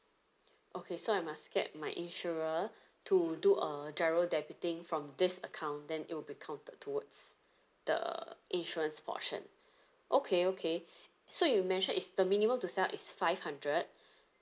okay so I must get my insurer to do a GIRO debiting from this account then it will be counted towards the insurance portion okay okay so you mentioned is the minimum to set up is five hundred